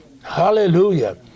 Hallelujah